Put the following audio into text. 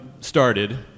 started